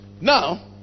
now